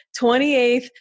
28th